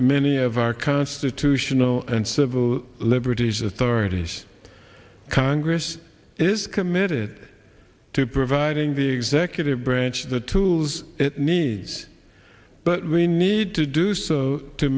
many of our constitutional and civil liberties authorities congress is committed to providing the executive branch the tools it needs but we need to do so to